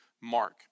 Mark